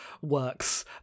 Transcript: works